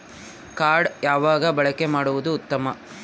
Card ಯಾವಾಗ ಬಳಕೆ ಮಾಡುವುದು ಉತ್ತಮ?